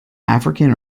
african